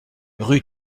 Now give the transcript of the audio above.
rue